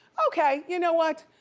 okay, you know what,